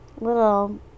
little